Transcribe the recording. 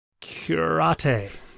Curate